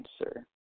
answer